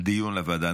דיון בוועדה.